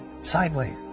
sideways